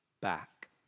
back